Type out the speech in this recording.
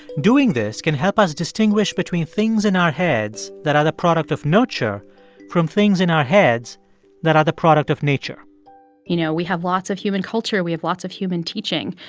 doing this can help us distinguish between things in our heads that are the product of nurture from things in our heads that are the product of nature you know, we have lots of human culture. we have lots of human teaching.